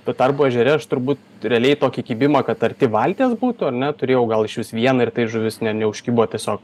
tuo tarpu ežere aš turbūt realiai tokį kibimą kad arti valties būtų ar ne turėjau gal išvis vieną ir tai žuvis ne neužkibo o tiesiog